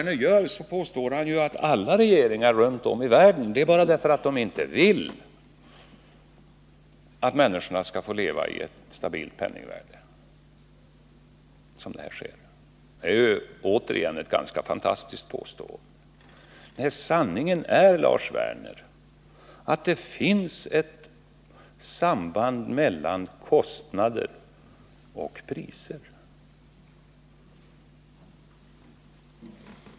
Lars Werners påstående innebär ju att alla regeringar runt om i världen inte vill att människorna skall få leva med ett stabilt penningvärde och att det bara är därför som man drabbas av stigande priser och hyreskostnader. Det är återigen ett ganska fantastiskt påstående. Sanningen är, Lars Werner, att det finns ett samband mellan kostnader och priser.